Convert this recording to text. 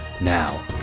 Now